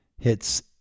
hits